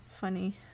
funny